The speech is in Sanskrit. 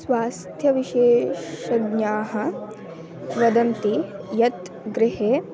स्वास्थ्यविशेषज्ञाः वदन्ति यत् गृहे